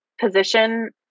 position